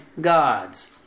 gods